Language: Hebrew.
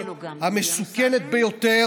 המסוכנת ביותר,